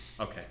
Okay